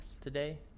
today